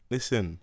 Listen